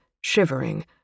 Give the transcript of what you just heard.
shivering